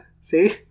See